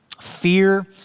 fear